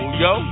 yo